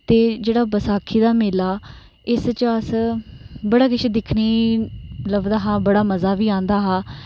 ते जेह्ड़ा बसाखी दा मेला इस च अस बड़ा किश दिक्खने ई लभदा हा बड़ा मज़ा बी आंदा हा